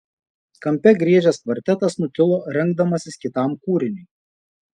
kampe griežęs kvartetas nutilo rengdamasis kitam kūriniui